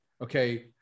okay